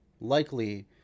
likely